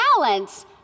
balance